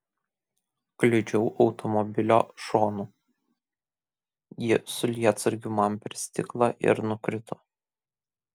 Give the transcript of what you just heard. kliudžiau automobilio šonu ji su lietsargiu man per stiklą ir nukrito